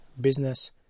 business